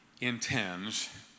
Intends